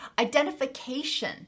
identification